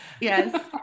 yes